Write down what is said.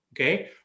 Okay